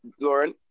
Lauren